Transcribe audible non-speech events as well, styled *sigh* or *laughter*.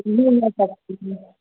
*unintelligible* دے سکتی ہوں